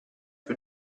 più